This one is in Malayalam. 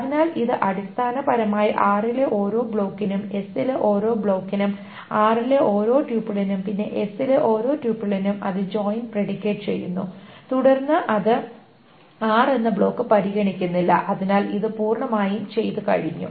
അതിനാൽ ഇത് അടിസ്ഥാനപരമായി r ലെ ഓരോ ബ്ലോക്കിനും s ലെ ഓരോ ബ്ലോക്കിനും r ലെ ഓരോ ട്യൂപ്പിളിനും പിന്നെ s ലെ ഓരോ ട്യൂപ്പിളിനും അത് ജോയിൻ പ്രെഡിക്കേറ്റ് ചെയ്യുന്നു തുടർന്ന് അത് r എന്ന ബ്ലോക്ക് പരിഗണിക്കുന്നില്ല അതിനാൽ ഇത് പൂർണ്ണമായും ചെയ്തു കഴിഞ്ഞു